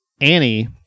Annie